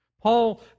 Paul